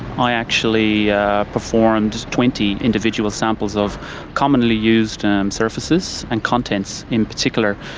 i actually performed twenty individual samples of commonly used um surfaces and contents in particular.